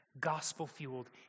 gospel-fueled